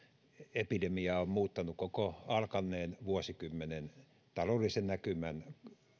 epidemia on on muuttanut koko alkaneen vuosikymmenen taloudellisen näkymän